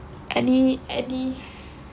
eddie eddie